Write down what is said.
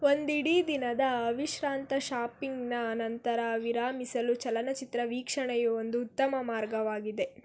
ಒಂದಿಡೀ ದಿನದ ಅವಿಶ್ರಾಂತ ಶಾಪಿಂಗ್ನ ನಂತರ ವಿರಮಿಸಲು ಚಲನಚಿತ್ರ ವೀಕ್ಷಣೆಯು ಒಂದು ಉತ್ತಮ ಮಾರ್ಗವಾಗಿದೆ